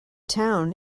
town